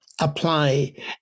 apply